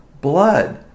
blood